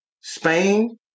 Spain